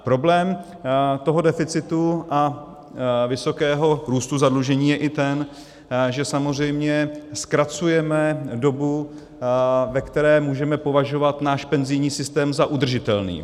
Problém toho deficitu a vysokého růstu zadlužení je i ten, že samozřejmě zkracujeme dobu, ve které můžeme považovat náš penzijní systém za udržitelný.